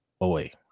away